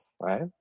right